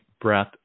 breath